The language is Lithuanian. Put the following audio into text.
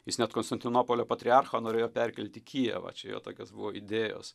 jis net konstantinopolio patriarchą norėjo perkelt į kijevą čia jo tokios buvo idėjos